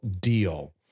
deal